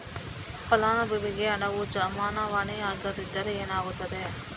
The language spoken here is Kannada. ಫಲಾನುಭವಿಗೆ ಹಣವು ಜಮಾವಣೆ ಆಗದಿದ್ದರೆ ಏನಾಗುತ್ತದೆ?